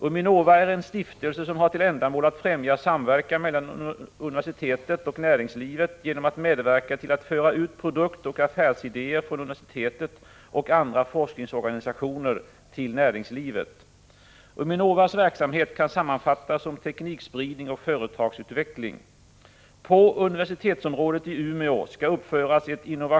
UMINOVA är en stiftelse som har till ändamål att främja samverkan mellan universitetet och näringslivet genom att medverka till att föra ut produktoch affärsidéer från universitetet och andra forskningsorganisatio ner till näringslivet. UMINOVA:s verksamhet kan sammanfattas som teknikspridning och företagsutveckling.